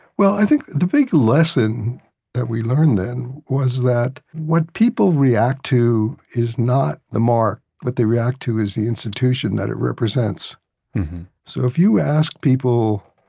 well, i think the big lesson that we learned then was that what people react to is not the mark. what they react to is the institution that it represents mm-hmm so if you ask people,